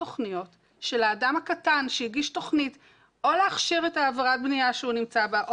של האדם הקטן שהגיש תוכנית או להכשיר את עבירת הבנייה שהוא נמצא בה,